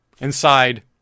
inside